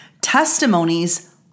Testimonies